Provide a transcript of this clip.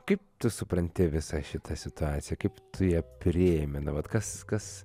kaip tu supranti visą šitą situaciją kaip tu ją priimi nu vat kas kas